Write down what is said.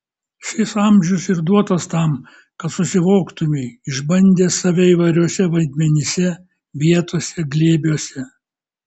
šis amžius ir duotas tam kad susivoktumei išbandęs save įvairiuose vaidmenyse vietose glėbiuose